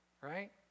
Right